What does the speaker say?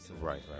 right